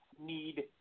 need